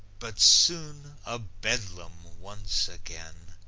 but soon a bedlam once again,